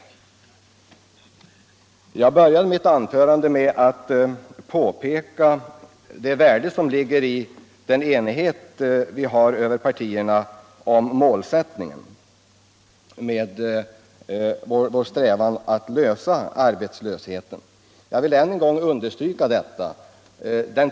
Jag började mitt förra anförande med att påpeka värdet av enighet tvärsigenom partierna rörande målsättningen i vår strävan att lösa arbetslöshetsproblemen. Jag vill än en gång understryka det.